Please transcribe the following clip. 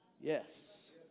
Yes